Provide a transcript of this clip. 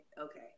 Okay